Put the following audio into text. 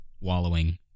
wallowing